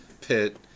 pit